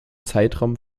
zeitraum